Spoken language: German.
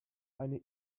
eine